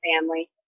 family